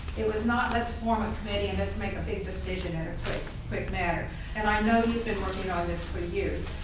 it was not, let's form and and let's make a big decision in a quick matter and i know you've been working on this for years,